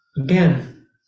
again